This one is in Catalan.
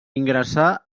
ingressà